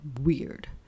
weird